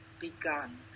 begun